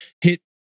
hit